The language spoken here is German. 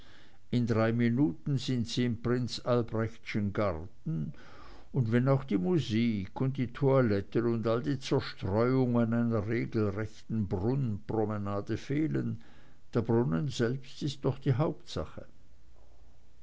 in drei minuten sind sie im prinz albrechtschen garten und wenn auch die musik und die toiletten und all die zerstreuungen einer regelrechten brunnenpromenade fehlen der brunnen selbst ist doch die hauptsache